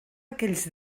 aquells